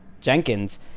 Jenkins –